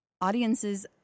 audiences